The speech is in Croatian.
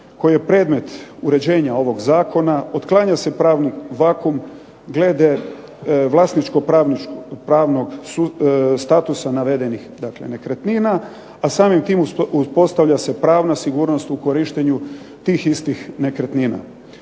koji je predmet uređenja ovog zakona otklanja se pravni vakuum glede vlasničko-pravnog statusa navedenih dakle nekretnina, a samim tim uspostavlja se pravna sigurnost u korištenju tih istih nekretnina.